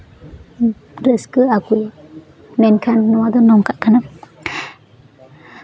ᱨᱟᱹᱥᱠᱟᱹᱜ ᱟᱠᱚ ᱢᱮᱱᱠᱷᱟᱱ ᱱᱚᱣᱟ ᱫᱚ ᱱᱚᱝᱠᱟᱜ ᱠᱟᱱᱟ